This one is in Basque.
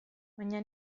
baina